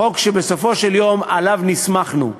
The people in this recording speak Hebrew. חוק שבסופו של יום עליו נסמכנו.